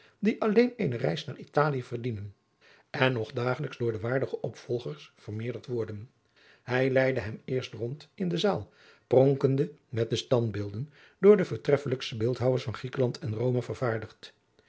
die alleen eene reis naar italië verdienen en nog dagelijks door de waardige opvolgers vermeerderd worden hij leidde hem eerst rond in de zaal pronkende met de standbeelden door de voortreffelijkste beeldhouwers van griekenland en rome vervaardigd